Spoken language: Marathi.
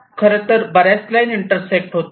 खरंतर बऱ्याच लाईन इंटरसेक्ट होतात